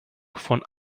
von